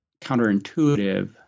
counterintuitive